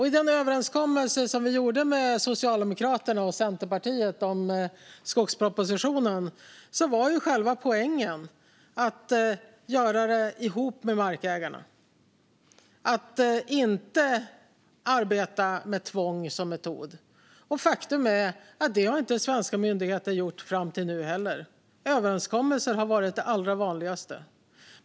I den överenskommelse som vi gjorde med Socialdemokraterna och Centerpartiet om skogspropositionen var själva poängen att göra detta tillsammans med markägarna - att inte arbeta med tvång som metod. Faktum är att svenska myndigheter inte har gjort det fram till nu heller. Överenskommelser har varit det allra vanligaste.